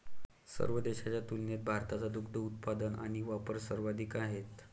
सर्व देशांच्या तुलनेत भारताचा दुग्ध उत्पादन आणि वापर सर्वाधिक आहे